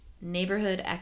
Neighborhood